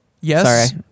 yes